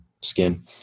skin